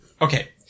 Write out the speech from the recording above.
Okay